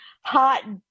hot